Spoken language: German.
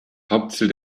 hauptziel